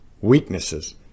weaknesses